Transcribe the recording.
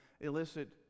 illicit